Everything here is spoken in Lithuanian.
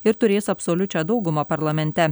ir turės absoliučią daugumą parlamente